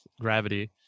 gravity